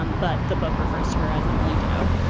um but the book refers to her as emily doe.